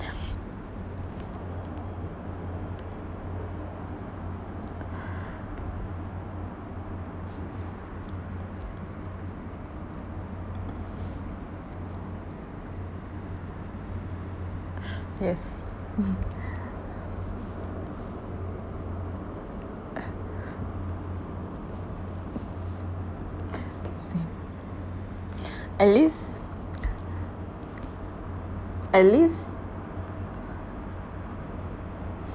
yes same at least at least